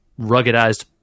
ruggedized